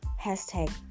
Hashtag